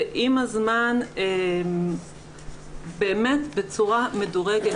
ועם הזמן באמת בצורה מדורגת,